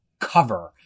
cover